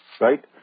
right